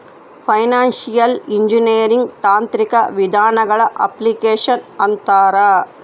financial engineering ತಾಂತ್ರಿಕ ವಿಧಾನಗಳ application ಅಂತಾರ